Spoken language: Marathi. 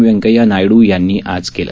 व्यंकय्या नायडू यांनी आज केलं